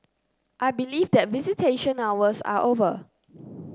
I believe that visitation hours are over